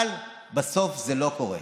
אבל בסוף זה לא קורה.